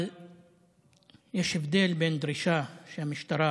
אבל יש הבדל בין דרישה שהמשטרה